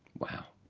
wow.